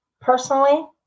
Personally